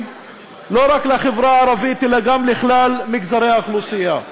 לא רק לחברה הערבית אלא גם לכלל מגזרי האוכלוסייה.